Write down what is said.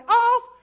off